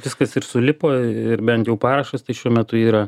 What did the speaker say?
viskas ir sulipo ir bent jau parašas tai šiuo metu yra